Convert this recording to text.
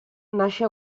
nasce